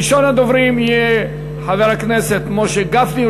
ראשון הדוברים יהיה חבר הכנסת משה גפני,